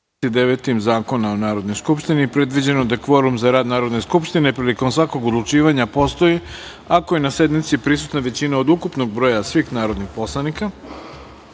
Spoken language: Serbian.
49. Zakona o Narodnoj skupštini predviđeno da kvorum za rad Narodne skupštine prilikom svakog odlučivanja postoji ako je na sednici prisutna većina od ukupnog broja svih narodnih poslanika. Radi